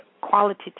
quality